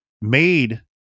made